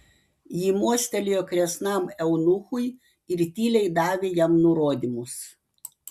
ji mostelėjo kresnam eunuchui ir tyliai davė jam nurodymus